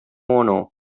honor